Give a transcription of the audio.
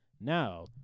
Now